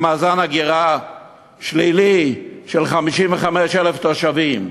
למאזן הגירה שלילי של 55,000 תושבים.